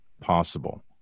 possible